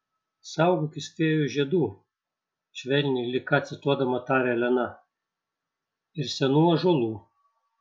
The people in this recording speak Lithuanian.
saugokis fėjų žiedų švelniai lyg ką cituodama tarė elena ir senų ąžuolų